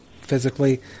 physically